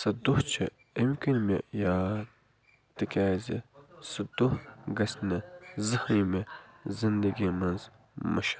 سُہ دۄہ چھُ اَمہِ کِنۍ مےٚ یاد تِکیٛازِ سُہ دۄہ گژھہِ نہٕ زٕہٕنۍ مےٚ زنٛدگی منٛز مٔشِتھ